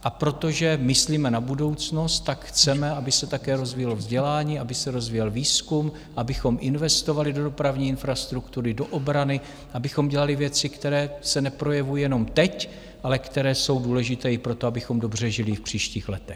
A protože myslíme na budoucnost, tak chceme, aby se také rozvíjelo vzdělání, aby se rozvíjel výzkum, abychom investovali do dopravní infrastruktury, do obrany, abychom dělali věci, které se neprojevují jenom teď, ale které jsou důležité i pro to, abychom dobře žili v příštích letech.